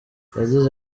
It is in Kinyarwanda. yagize